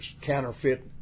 counterfeit